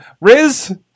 Riz